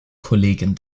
kollegen